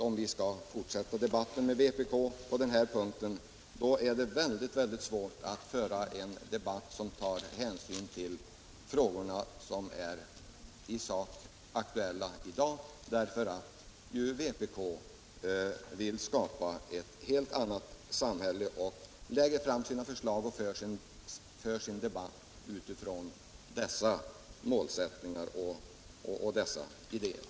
Om vi skall fortsätta debatten med vpk på denna punkt är det, som jag sade i mitt förra anförande, synnerligen svårt att ta hänsyn till de i dag aktuella frågorna, eftersom vpk ju vill skapa ett helt annat samhälle och därför framlägger förslag och för debatten med hänsyn till detta mål.